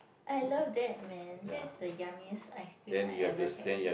I love that man that is the yummiest ice cream I ever had